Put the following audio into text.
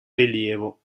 rilievo